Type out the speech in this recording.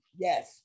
Yes